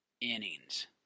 innings